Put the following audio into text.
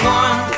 one